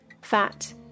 Fat